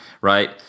right